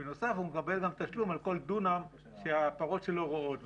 בנוסף הוא מקבל גם תשלום על כל דונם שהפרות שלו רועות שם.